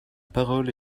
parole